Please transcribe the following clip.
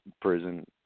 prison